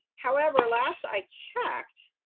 however, last i checked,